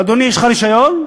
אדוני, יש לך רישיון?